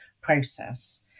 process